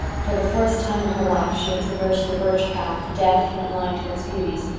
for the first time in her life she had traversed the birch path deaf and blind to its beauties.